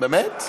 באמת?